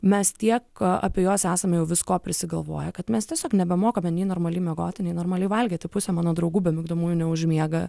mes tiek apie juos esame jau visko prisigalvoję kad mes tiesiog nebemokame nei normaliai miegoti nei normaliai valgyti pusė mano draugų be migdomųjų neužmiega